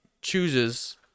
chooses